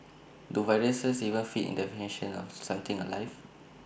do viruses even fit in definition of something alive